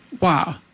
Wow